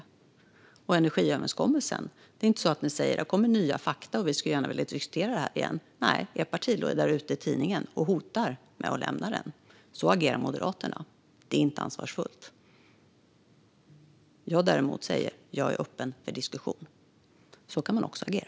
Vad gäller energiöverenskommelsen har ni inte sagt att det har kommit nya fakta och att ni gärna skulle vilja diskutera det hela igen. Nej, er partiledare gick ut i tidningen och hotade med att lämna den. Så agerar Moderaterna. Det är inte ansvarsfullt. Jag däremot säger att jag är öppen för diskussion. Så kan man också agera.